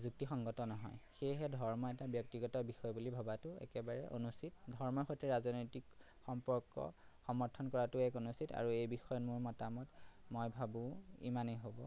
যুক্তি সংগত নহয় সেয়েহে ধৰ্ম এটা ব্যক্তিগত বিষয় বুলি ভবাতো একেবাৰে অনুচিত ধৰ্মৰ সৈতে ৰাজনৈতিক সম্পৰ্ক সমৰ্থন কৰাটো এক অনুচিত আৰু এই বিষয়ে মোৰ মতামত মই ভাবোঁ ইমানেই হ'ব